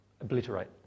obliterate